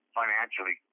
financially